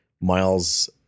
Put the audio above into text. Miles